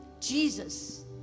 Jesus